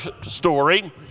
story